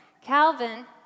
Calvin